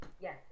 Yes